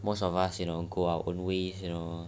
most of us you know go our own ways and